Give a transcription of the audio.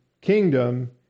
kingdom